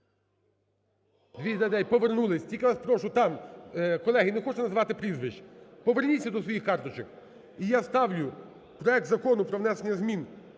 За-229 229, повернулись. Тільки я вас прошу, там, колеги, не хочу називати прізвищ, поверніться до своїх карток. І я ставлю проект Закону про внесення змін